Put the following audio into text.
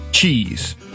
cheese